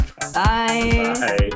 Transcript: Bye